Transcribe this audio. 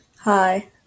Hi